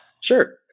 Sure